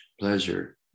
pleasure